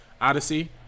Odyssey